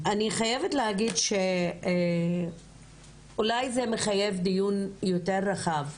אני חייבת להגיד שאולי זה מחייב דיון יותר רחב,